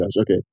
Okay